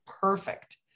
perfect